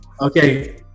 Okay